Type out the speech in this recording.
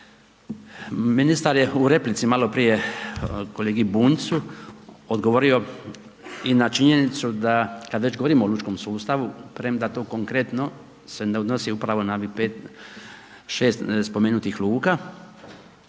Ministar je u replici maloprije kolegi Bunjcu odgovorio i na činjenicu da kad već govorimo o lučkom sustavu, premda to konkretno se ne odnosi upravo na ovih 5, 6 spomenutih luka,